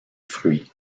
fruits